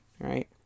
Right